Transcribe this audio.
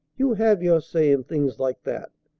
you have your say in things like that.